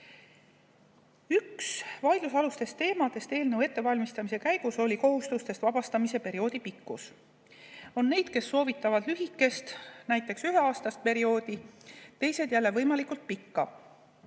Üks vaidlusalustest teemadest eelnõu ettevalmistamise käigus oli kohustustest vabastamise perioodi pikkus. On neid, kes soovitavad lühikest, näiteks üheaastast perioodi, teised jälle võimalikult pikka.